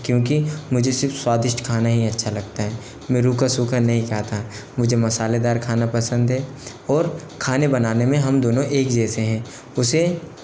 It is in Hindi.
क्योंकि मुझे सिर्फ़ स्वादिष्ट खाना ही अच्छा लगता है मैं रूखा सूखा नहीं खाता मुझे मसालेदार खाना पसंद है और खाने बनाने में हम दोनों एक जैसे हैं उसे